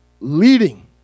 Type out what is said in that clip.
leading